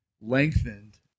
lengthened